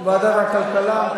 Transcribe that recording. ועדת הכלכלה.